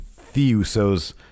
Theuso's